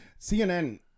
CNN